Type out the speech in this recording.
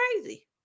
crazy